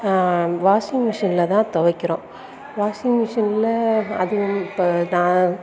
வாஷிங்மெஷின்ல தான் துவக்கிறோம் வாஷிங்மெஷின்ல அதுவும் இப்போ நான்